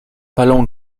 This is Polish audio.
palą